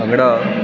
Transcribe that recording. bhangra